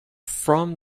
from